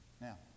Now